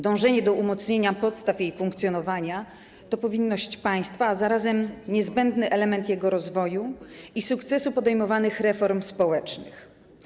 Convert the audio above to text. Dążenie do umocnienia podstaw jej funkcjonowania to powinność państwa, a zarazem niezbędny element jego rozwoju i sukcesu podejmowanych reform społecznych.